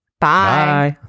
Bye